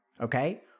okay